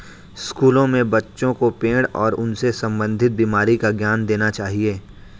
स्कूलों में बच्चों को पेड़ और उनसे संबंधित बीमारी का ज्ञान देना चाहिए